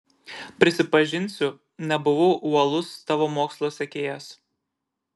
prisipažinsiu nebuvau uolus tavo mokslo sekėjas